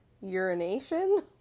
urination